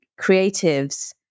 creatives